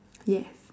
yes